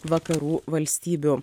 vakarų valstybių